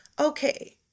okay